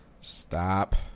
Stop